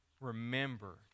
remember